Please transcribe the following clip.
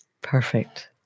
Perfect